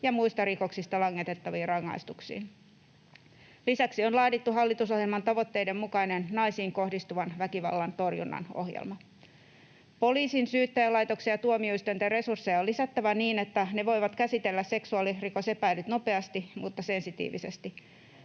ja muista rikoksista langetettaviin rangaistuksiin. Lisäksi on laadittu hallitusohjelman tavoitteiden mukainen naisiin kohdistuvan väkivallan torjunnan ohjelma. Poliisin, syyttäjälaitoksen ja tuomioistuinten resursseja on lisättävä niin, että ne voivat käsitellä seksuaalirikosepäilyt nopeasti mutta sensitiivisesti.